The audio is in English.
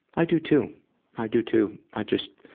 i do, too. i do, too. i just,